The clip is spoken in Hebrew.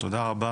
תודה רבה.